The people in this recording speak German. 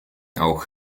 auch